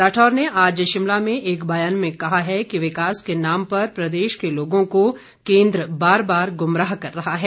राठौर ने आज शिमला में एक बयान में कहा है कि विकास के नाम पर प्रदेश के लोगों को केन्द्र बार बार गुमराह कर रहा है